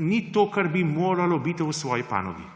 ni to, kar bi moralo biti v svoji panogi.